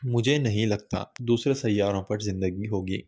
مجھے نہیں لگتا دوسرے سیاروں پر زندگی ہوگی